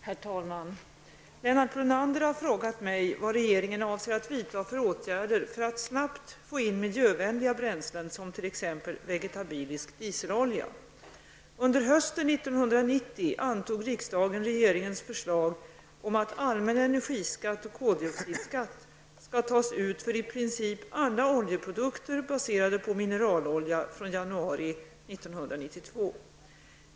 Herr talman! Lennart Brunander har frågat mig vad regeringen avser att vidta för åtgärder för att snabbt få in miljövänliga bränslen som t.ex. 1992.